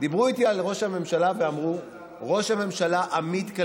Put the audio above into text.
דיברו איתי על ראש הממשלה ואמרו: ראש הממשלה אמיד,